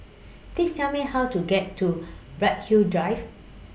Please Tell Me How to get to Bright Hill Drive